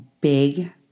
big